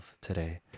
today